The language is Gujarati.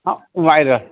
હા વાઇરલ